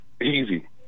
easy